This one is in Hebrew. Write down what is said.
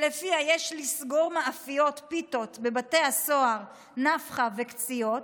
שלפיה יש לסגור מאפיות פיתות בבתי הסוהר נפחא וקציעות,